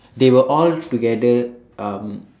they were all together um